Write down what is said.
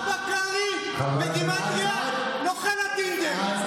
אבא קרעי, נוכל הטינדר.